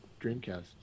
Dreamcast